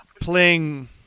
playing